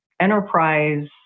enterprise